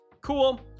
Cool